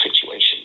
situation